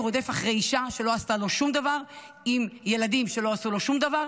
הוא רודף אחרי אישה שלא עשתה לו שום דבר עם ילדים שלא עשו לו שום דבר.